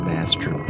Master